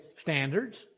standards